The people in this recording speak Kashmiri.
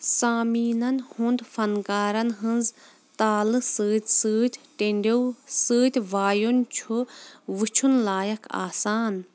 سامیٖنَن ہُنٛد فَنکارَن ہٕنٛز تالہٕ سۭتۍ سۭتۍ ٹیٚنڈیو سۭتۍ وایُن چھُ وٕچھُن لایق آسان